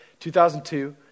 2002